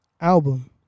album